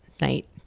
night